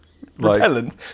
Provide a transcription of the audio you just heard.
Repellent